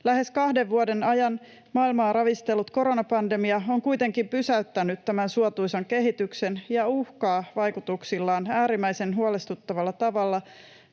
Lähes kahden vuoden ajan maailmaa ravistellut koronapandemia on kuitenkin pysäyttänyt tämän suotuisan kehityksen ja uhkaa vaikutuksillaan äärimmäisen huolestuttavalla tavalla